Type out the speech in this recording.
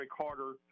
Carter